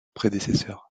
prédécesseur